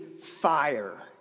fire